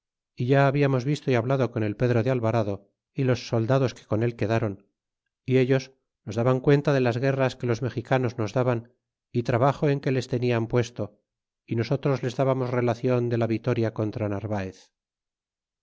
é ya habiamos visto é hablado con el pedro de alvarado y los soldados que con él quedaron y ellos nos daban cuenta de las guerras que los mexicanos nos daban y trabajo en que les tenian puesto y nosotros les dábamos relacion de la vito na contra narvaez